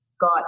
got